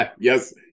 Yes